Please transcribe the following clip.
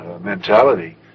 mentality